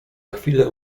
chwilę